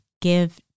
Give